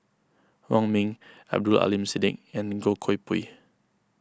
Wong Ming Abdul Aleem Siddique and Goh Koh Pui